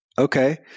okay